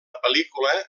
pel·lícula